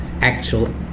actual